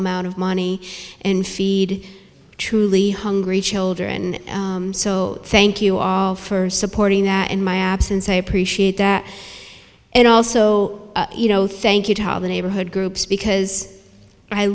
amount of money and feed truly hungry children so thank you all for supporting that in my absence i appreciate that and also you know thank you to how the neighborhood groups because i